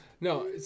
No